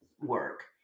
work